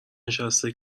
نشسته